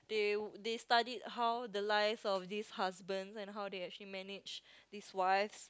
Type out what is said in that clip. they they studied how the lives of these husbands and how they actually manage these wives